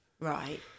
Right